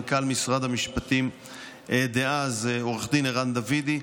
מנכ"ל משרד המשפטים דאז עו"ד ערן דוידי.